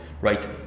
right